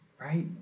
Right